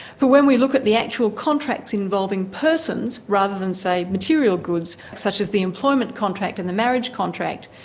but when we look at the actual contracts involving persons rather than, say, material goods, such as the employment contract and the marriage contract,